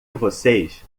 vocês